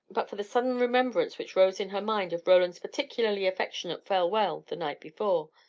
but for the sudden remembrance which rose in her mind of roland's particularly affectionate farewell the night before.